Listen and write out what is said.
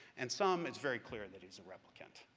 and some it's very clear that it's a replicant.